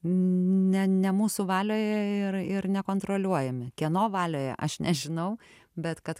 ne ne mūsų valioje ir ir nekontroliuojami kieno valioje aš nežinau bet kad